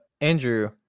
Andrew